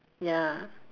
ya